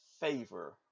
favor